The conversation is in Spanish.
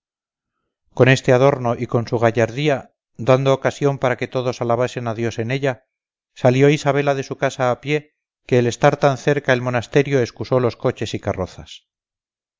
con este adorno y con su gallardía dando ocasión para que todos alabasen a dios en ella salió isabela de su casa a pie que el estar tan cerca el monasterio excusó los coches y carrozas